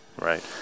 right